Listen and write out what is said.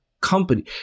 company